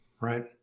Right